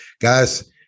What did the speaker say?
guys